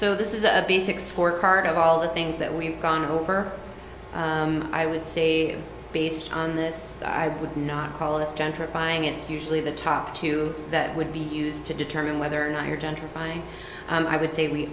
so this is a basic scorecard of all the things that we've gone over i would say based on this i would not call this gentrifying it's usually the top two that would be used to determine whether or not you're gentrifying i would say we